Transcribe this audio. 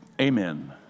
Amen